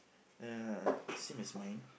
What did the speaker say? ya same as mine